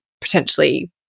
potentially